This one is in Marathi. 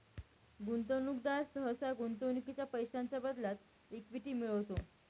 गुंतवणूकदार सहसा गुंतवणुकीच्या पैशांच्या बदल्यात इक्विटी मिळवतो